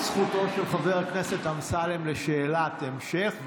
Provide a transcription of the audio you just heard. זכותו של חבר הכנסת אמסלם לשאלת המשך,